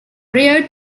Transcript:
rare